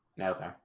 okay